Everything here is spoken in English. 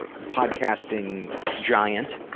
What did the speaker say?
ah podcasting giant.